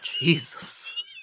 Jesus